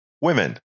women